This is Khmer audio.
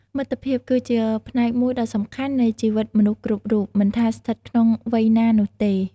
មិត្តភាព គឺជាផ្នែកមួយដ៏សំខាន់នៃជីវិតមនុស្សគ្រប់រូប មិនថាស្ថិតក្នុងវ័យណានោះទេ។